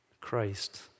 Christ